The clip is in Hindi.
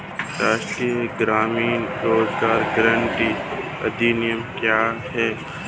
राष्ट्रीय ग्रामीण रोज़गार गारंटी अधिनियम क्या है?